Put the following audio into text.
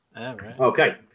Okay